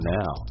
now